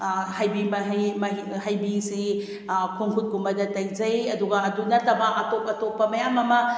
ꯍꯩꯕꯤ ꯃꯍꯩ ꯍꯩꯕꯤꯁꯤ ꯈꯣꯡ ꯈꯨꯠꯀꯨꯝꯕꯗ ꯇꯩꯖꯩ ꯑꯗꯨꯒ ꯑꯗꯨ ꯅꯠꯇꯕ ꯑꯇꯣꯞ ꯑꯇꯣꯞꯄ ꯃꯌꯥꯝ ꯑꯃ